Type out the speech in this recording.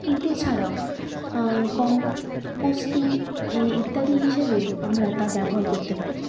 এতে ছাড়াও কমপোস্টিং ই ইত্যাদি হিসেবেও আমরা তা ব্যবহার করতে পারি